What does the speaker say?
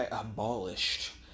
abolished